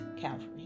Calvary